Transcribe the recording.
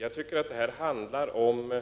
Jag tycker att detta handlar om